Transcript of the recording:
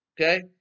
okay